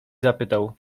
zapytał